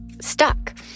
stuck